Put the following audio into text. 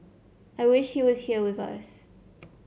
I wish he was here with us